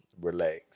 Relax